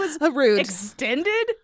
extended